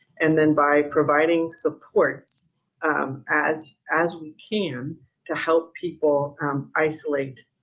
and then by providing supports as as we can to help people isolate.